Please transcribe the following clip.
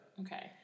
okay